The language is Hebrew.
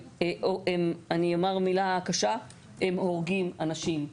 שאני אומר מילה קשה, הם הורגים אנשים.